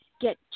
get